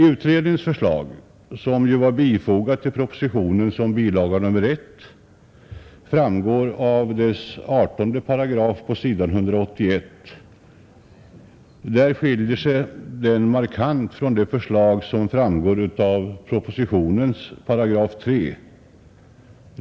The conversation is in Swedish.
Utredningens förslag — fogat till propositionen som bilaga 1 — framgår av 18 § på s. 181 och skiljer sig härvid markant från det förslag som framgår av propositionens 3 §.